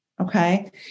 okay